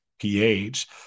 pH